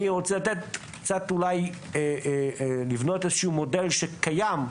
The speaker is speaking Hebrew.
אני רוצה לבנות איזשהו מודל שקיים.